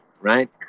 right